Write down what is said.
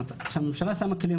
כשהממשלה שמה כלים,